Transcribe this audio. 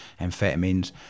amphetamines